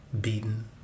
beaten